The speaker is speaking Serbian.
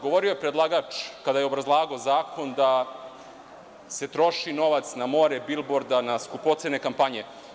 Govorio je predlagač kada je obrazlagao zakon da se troši novac na more bilborda, na skupocene kampanje.